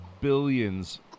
billions